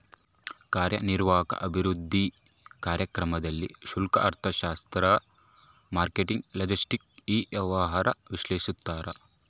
ಕಾರ್ಯನಿರ್ವಾಹಕ ಅಭಿವೃದ್ಧಿ ಕಾರ್ಯಕ್ರಮದಲ್ಲಿ ಸ್ತೂಲ ಅರ್ಥಶಾಸ್ತ್ರ ಮಾರ್ಕೆಟಿಂಗ್ ಲಾಜೆಸ್ಟಿಕ್ ಇ ವ್ಯವಹಾರ ವಿಶ್ಲೇಷಿಸ್ತಾರ